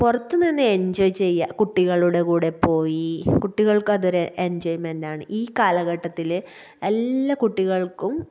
പുറത്ത് നിന്ന് എന്ജോയ് ചെയ്യുക കുട്ടികളുടെ കൂടെ പോയി കുട്ടികള്ക്കതൊര് എന്ജോയ്മെന്റ്റാണ് ഈ കാലഘട്ടത്തില് എല്ലാ കുട്ടികള്ക്കും